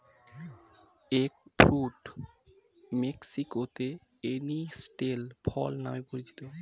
egg fruit মেক্সিকোতে canistel ফল নামে পরিচিত